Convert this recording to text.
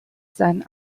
sein